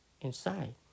inside